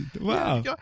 wow